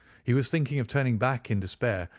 he was thinking of turning back in despair,